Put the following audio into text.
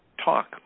talk